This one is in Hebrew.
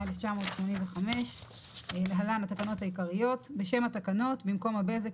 התשמ"ה 1985. להלן התקנות העיקריות: בשם התקנות במקום ה"בזק",